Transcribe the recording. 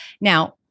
Now